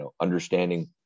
understanding